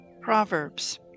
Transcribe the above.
Proverbs